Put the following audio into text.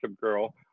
Girl